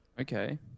Okay